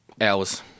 hours